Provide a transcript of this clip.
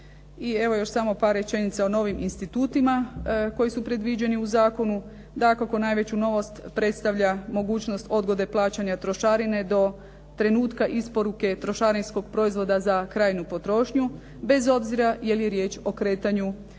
I evo još samo par rečenica o novim institutima koji su predviđeni u zakonu. Dakako najveću novost predstavlja mogućnost odgode plaćanja trošarine do trenutka isporuke trošarinskog proizvoda za krajnju potrošnju, bez obzira jel je riječ o kretanju trošarinskih